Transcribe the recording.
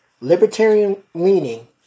libertarian-leaning